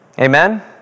Amen